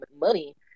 money